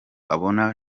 abona